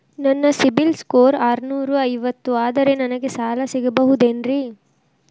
ನನ್ನ ಸಿಬಿಲ್ ಸ್ಕೋರ್ ಆರನೂರ ಐವತ್ತು ಅದರೇ ನನಗೆ ಸಾಲ ಸಿಗಬಹುದೇನ್ರಿ?